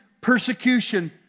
persecution